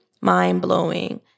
mind-blowing